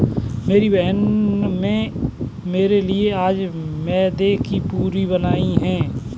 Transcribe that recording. मेरी बहन में मेरे लिए आज मैदे की पूरी बनाई है